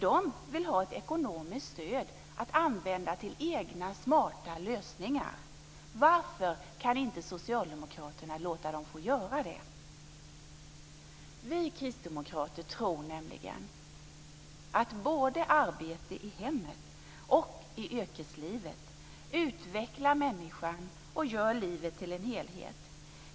De vill ha ett ekonomiskt stöd att använda till egna smarta lösningar. Varför kan inte socialdemokraterna låta dem få göra det? Vi kristdemokrater tror nämligen att arbete både i hemmet och i yrkeslivet utvecklar människan och gör livet till en helhet.